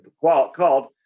called